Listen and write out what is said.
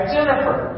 Jennifer